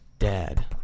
dad